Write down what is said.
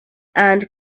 and